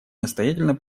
настоятельно